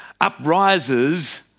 uprises